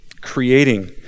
creating